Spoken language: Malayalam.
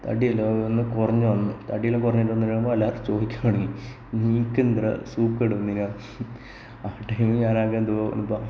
തടിയെല്ലാം ഒന്ന് കുറഞ്ഞുവന്ന് തടിയല്ലാം കുറച്ചിട്ട് വന്നിട്ടായപ്പോൾ എല്ലാവരും ചോദിക്കാൻ തുടങ്ങി നിനക്ക് എന്താടാ സുഖക്കേട് വന്നോ ആ ടൈമില് ഞാൻ ആകെ എന്തോ